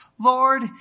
Lord